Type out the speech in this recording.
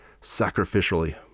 sacrificially